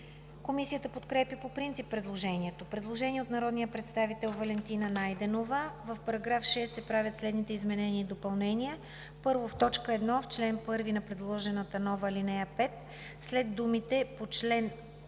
Комисията подкрепя по принцип предложението. Предложение от народния представител Валентина Найденова: „В § 6 се правят следните изменения и допълнения: 1. В т. 1, в чл. 1 на предложената нова ал. 5, след думите „по чл.